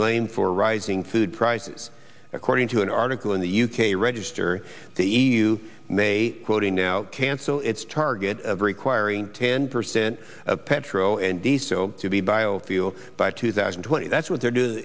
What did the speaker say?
blame for rising food prices according to an article in the u k register the e u may quoting now cancel its target of requiring ten percent of petrol and diesel to be biofuel by two thousand and twenty that's what they're doing